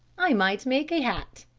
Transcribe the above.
i might make a hat.